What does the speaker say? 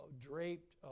draped